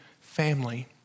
family